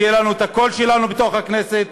שיהיה לנו הקול שלנו בתוך הכנסת,